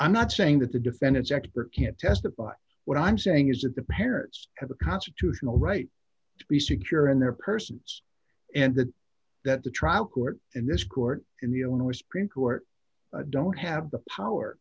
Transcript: i'm not saying that the defendant's expert can't testify what i'm saying is that the parents have a constitutional right to be secure in their persons and that that the trial court in this court in the illinois supreme court don't have the power